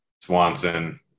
Swanson